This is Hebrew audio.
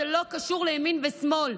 זה לא קשור לימין ושמאל.